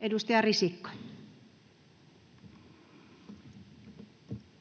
[Speech 169]